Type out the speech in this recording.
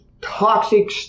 toxic